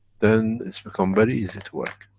then it becomes very easy to work.